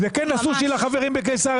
זה כן הסושי לחברים בקיסריה,